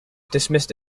dismissed